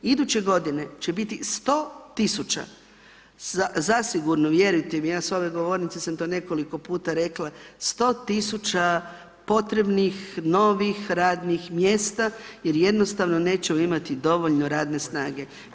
Iduće godine će biti 100 tisuća zasigurno, vjerujte mi, ja s ove govornice sam to nekoliko puta rekla 100 tisuća potrebnih, novih radnih mjesta jer jednostavno nećemo imati dovoljno radne snage.